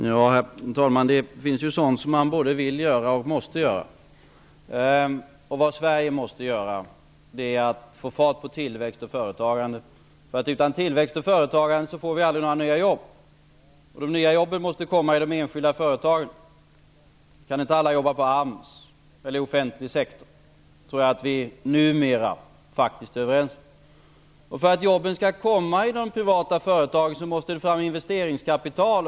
Herr talman! Det finns sådant som man både vill göra och måste göra. Det Sverige måste göra är att få fart på tillväxt och företagande. Utan tillväxt och företagande får vi aldrig några nya jobb. De nya jobben måste komma i de enskilda företagen. Vi kan inte alla jobba på AMS eller i den offentliga sektorn. Det tror jag att vi numera faktiskt är överens om. För att jobben skall komma i de privata företagen måste det fram investeringskapital.